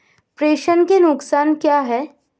प्रेषण के नुकसान क्या हैं?